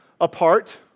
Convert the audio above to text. apart